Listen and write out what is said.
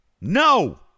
No